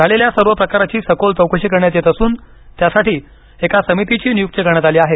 झालेल्या सर्व प्रकाराची सखोल चौकशी करण्यात येत असून त्यासाठी एका समितीची नियुक्ती करण्यात आली आहे